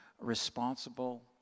responsible